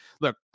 look